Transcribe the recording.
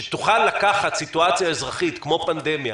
אם זה פיקוד העורף או משרדי הממשלה,